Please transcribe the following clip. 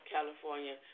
California